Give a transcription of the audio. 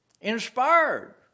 inspired